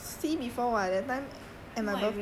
then how is his boyfriend I never see before